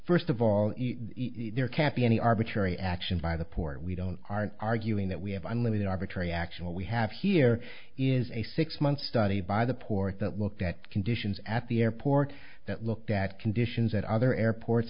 first of all there can't be any arbitrary action by the port we don't aren't arguing that we have unlimited arbitrary action what we have here is a six month study by the port that looked at conditions at the airport that looked at conditions at other airports